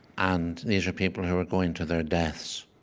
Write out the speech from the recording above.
and these are people who were going to their deaths,